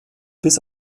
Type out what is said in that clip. bis